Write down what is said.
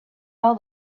all